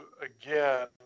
again